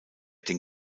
den